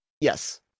Yes